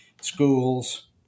schools